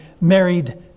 married